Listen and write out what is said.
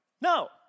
No